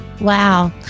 Wow